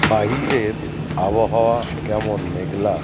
বাহিরের আবহাওয়া কেমন মেঘলা